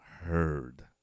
heard